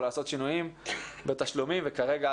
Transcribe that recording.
לעשות שינויים בתשלום וכרגע,